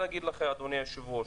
אדוני היושב-ראש